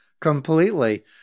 completely